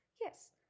Yes